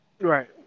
Right